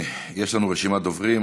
יש לנו רשימת דוברים.